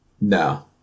No